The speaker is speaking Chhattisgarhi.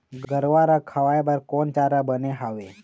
गरवा रा खवाए बर कोन चारा बने हावे?